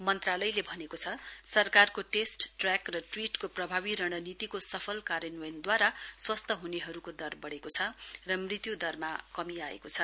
मन्त्रालयले भनेको छ सरकारको टेस्ट ट्रैक र ट्रीटको प्रभावी रणनीतिको सफल कार्यान्वयनद्वारा स्वस्थ हुनेहरुको दर वढ़ेको छ र मृत्यु दरमा कमी आएको छ